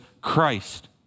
Christ